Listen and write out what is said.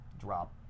Drop